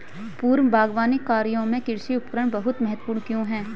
पूर्व बागवानी कार्यों में कृषि उपकरण बहुत महत्वपूर्ण क्यों है?